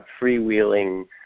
freewheeling